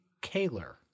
Kaler